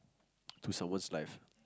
to someone's life